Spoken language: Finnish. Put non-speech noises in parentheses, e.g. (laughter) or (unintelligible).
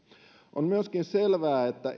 on myöskin selvää että (unintelligible)